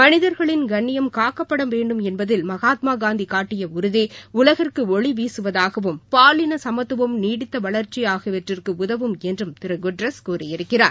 மனிதர்களின் கண்ணியம் காக்கப்பட வேண்டும் என்பதில் மகாத்மா காந்தி காட்டிய உறுதி உலகிற்கு ஒளிவீகவதாகவும் பாலின சமத்துவம் நீடித்த வளா்ச்சி ஆகியவற்றுக்கு உதவும் என்றும் திரு குட்ரஸ் கூறியிருக்கிறார்